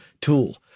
tool